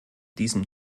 diesem